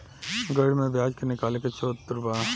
गणित में ब्याज के निकाले के सूत्र बा